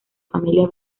familia